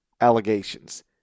allegations